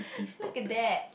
look at that